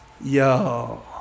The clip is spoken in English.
Yo